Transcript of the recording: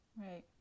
Right